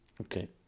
Okay